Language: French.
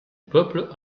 peuple